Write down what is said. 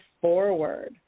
forward